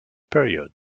period